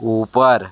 ऊपर